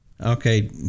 Okay